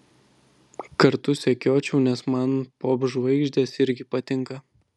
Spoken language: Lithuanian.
kartu sekiočiau nes man popžvaigždės irgi patinka